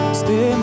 stay